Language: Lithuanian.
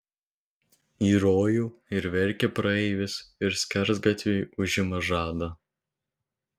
į rojų ir verkia praeivis ir skersgatviui užima žadą